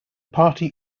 party